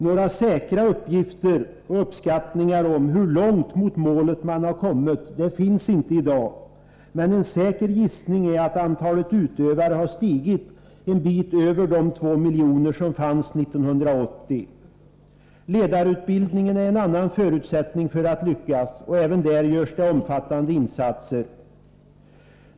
Några säkra uppskattningar av hur långt man kommit mot målet finns inte i dag, men en säker gissning är att antalet utövare har ökat en bit över de 2 miljoner som fanns 1980. Ledarutbildningen är en annan förutsättning för att man skall lyckas. Även på det området görs omfattande insatser.